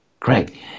Great